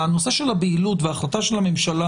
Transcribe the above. הנושא של הבהילות וההחלטה של הממשלה